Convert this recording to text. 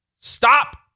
Stop